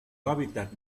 hábitat